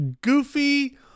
goofy